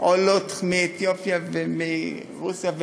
עולות מאתיופיה ומרוסיה,